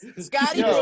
Scotty